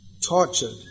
tortured